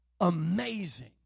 amazing